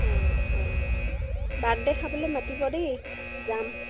অঁ অঁ বাৰ্থডে' খাবলৈ মাতিব দেই যাম